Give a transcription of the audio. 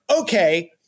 okay